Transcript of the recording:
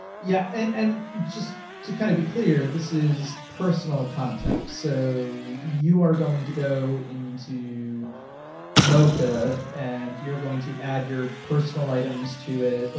yeah, and and just to kind of be clear, this is personal context. so you are going to go into moca and you're going to add your personal items to it, like